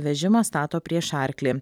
vežimą stato prieš arklį